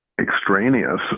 extraneous